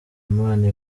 imana